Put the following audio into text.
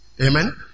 Amen